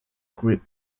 group